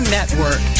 Network